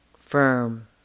firm